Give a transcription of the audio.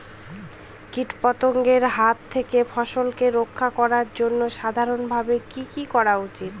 কীটপতঙ্গের হাত থেকে ফসলকে রক্ষা করার জন্য সাধারণভাবে কি কি করা উচিৎ?